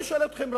אני שואל אתכם,